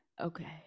Okay